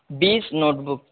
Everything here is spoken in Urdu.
base note book